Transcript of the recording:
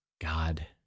God